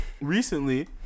recently